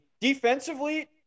Defensively